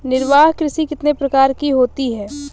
निर्वाह कृषि कितने प्रकार की होती हैं?